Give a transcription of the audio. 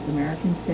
American